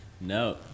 no